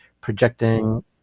projecting